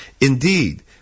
Indeed